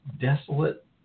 desolate